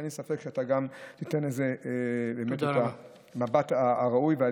ואין לי ספק שאתה תיתן לזה את המבט הראוי.